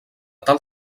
tal